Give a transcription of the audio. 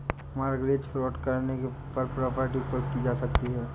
mortgage fraud करने पर property कुर्क की जा सकती है